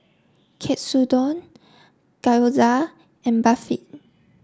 Katsudon Gyoza and Barfi